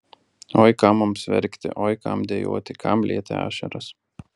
oi kam mums verkti oi kam dejuoti kam lieti ašaras